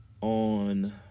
on